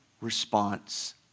response